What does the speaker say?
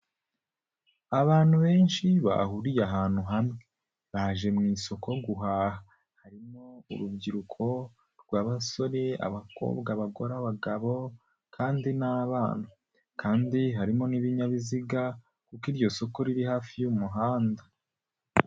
Abantu benshi bahuriye ahantu hamwe. Baje mu isoko guhaha. Harimo urubyiruko rw'abasore abakobwa bagore abagabo, kandi n'abana. Kandi harimo n'ibinyabiziga, kuko iryo soko riri hafi y'umuhanda.